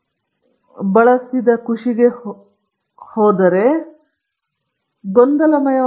ಆದ್ದರಿಂದ ಆದರೆ ನಾನು ಈ ರೀತಿಯ ವಿಷಯ ಎರಡೂ ಸಂಭವಿಸಿದೆ ಮತ್ತು ಇದು ನೀವು ಎಲ್ಲವನ್ನೂ ಪ್ರಶ್ನಿಸಬೇಕು ಎಂದು ಹೇಳಿದ ಗೆಲಿಲಿಯೋ